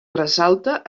ressalta